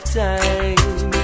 time